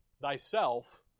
Thyself